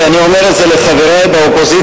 ואני אומר את זה לחברי באופוזיציה,